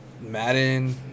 Madden